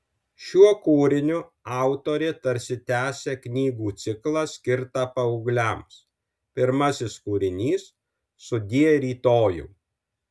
šiuo kūriniu autorė tarsi tęsia knygų ciklą skirtą paaugliams pirmasis kūrinys sudie rytojau